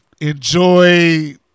enjoy